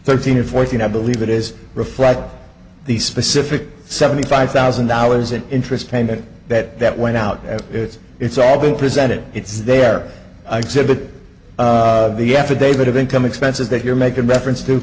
thirteen or fourteen i believe it is reflect these specific seventy five thousand dollars an interest payment that that went out and it's it's all been presented it's there i said to the affidavit of income expenses that you're making reference to